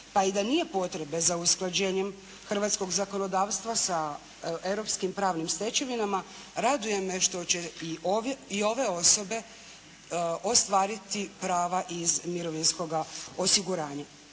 Pa i da nije potrebe za usklađenjem hrvatskog zakonodavstva sa europskim pravnim stečevinama raduje me što će i ove osobe ostvariti prava iz mirovinskoga osiguranja.